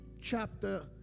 chapter